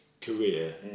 career